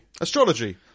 Astrology